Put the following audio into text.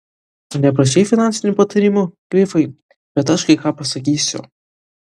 neprašei finansinių patarimų grifai bet aš kai ką pasakysiu